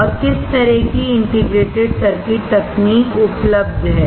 और किस तरह की इंटीग्रेटेड सर्किट तकनीक उपलब्ध हैं